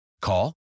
Call